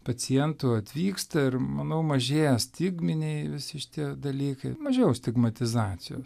pacientų atvyksta ir manau mažėja stigminiai visi šitie dalykai mažiau stigmatizacijos